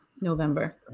november